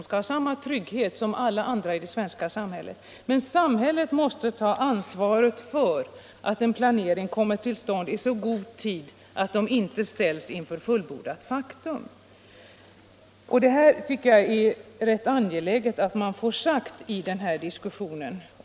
De skall ha samma trygghet som alla andra i det svenska samhället. Men samhället måste också ta ansvaret för att en planering kommer till stånd i så god tid att de anställda och samhället inte ställs inför fullbordat faktum. Jag tycker det är angeläget att detta blir sagt i diskussionen.